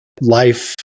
life